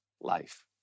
life